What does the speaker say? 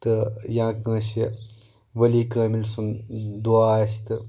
تہٕ یا کٲنٛسِہ ؤلی کٲمِل سُنٛد دۄہ آسِہ تہٕ